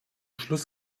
schluss